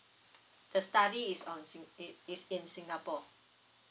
the study is on sing~ it is in singapore